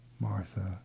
Martha